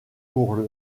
pour